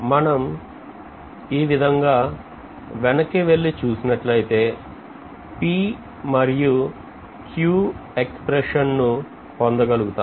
మనం ఈ విధంగా గా వెనక్కు వెళ్లి చూసినట్లయితే P మరియు Q ఎక్స్ప్రెషన్ పొందగలుగుతాం